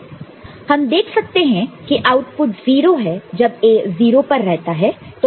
हम देख सकते हैं कि आउटपुट 0 है जब A 0 पर रहता है